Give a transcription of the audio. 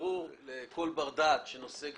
ברור לכל בר-דעת שנושא גבייה,